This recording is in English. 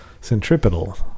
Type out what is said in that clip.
Centripetal